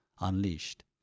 unleashed